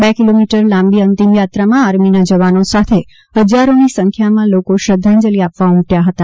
બે કિલોમીટર લાંબી અંતિમયાત્રામાં આર્મીના જવાનો સાથે હજારોની સંખ્યામાં લોકો શ્રદ્ધાંજલિ આપવા ઉમટવા હતા